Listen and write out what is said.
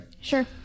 Sure